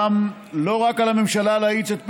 ואולם, לא רק על הממשלה להאיץ את פעולותיה,